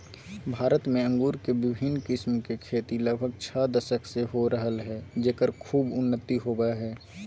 भारत में अंगूर के विविन्न किस्म के खेती लगभग छ दशक से हो रहल हई, जेकर खूब उन्नति होवअ हई